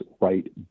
right